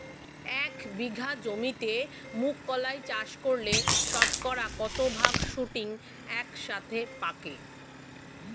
এক বিঘা জমিতে মুঘ কলাই চাষ করলে শতকরা কত ভাগ শুটিং একসাথে পাকে?